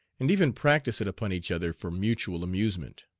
and even practise it upon each other for mutual amusement.